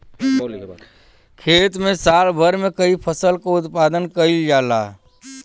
खेत में साल भर में कई फसल क उत्पादन कईल जाला